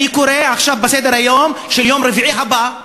אני קורא עכשיו בסדר-היום של יום רביעי הבא,